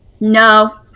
No